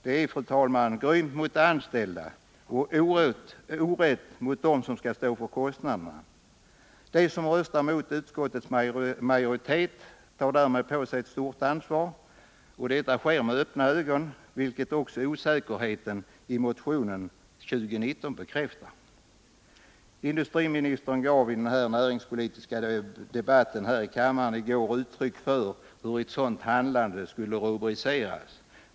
Detta är, fru talman, grymt mot de anställda och orätt mot dem som skall stå för kostnaderna. De som röstar mot utskottets majoritet tar därmed på sig ett stort ansvar, och det sker med öppna ögon — vilket också osäkerheten i motion 2019 bekräftar. Industriministern gav i den näringspolitiska debatten här i kammaren i går uttryck för hur ett sådant handlande skulle rubriceras.